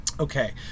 Okay